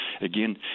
again